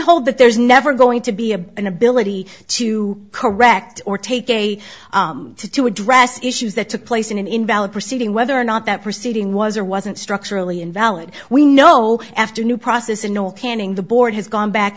hold that there's never going to be a inability to correct or take a to address issues that took place in an invalid proceeding whether or not that proceeding was or wasn't structurally invalid we know after new process in north canning the board has gone back